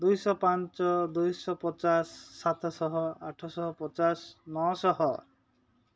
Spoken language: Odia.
ଦୁଇଶହ ପାଞ୍ଚ ଦୁଇଶହ ପଚାଶ ସାତଶହ ଆଠଶହ ପଚାଶ ନଅଶହ